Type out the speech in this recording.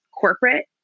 corporate